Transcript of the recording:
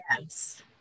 Yes